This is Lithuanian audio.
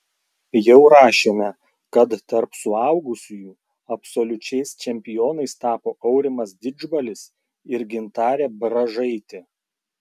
jau rašėme kad tarp suaugusiųjų absoliučiais čempionais tapo aurimas didžbalis ir gintarė bražaitė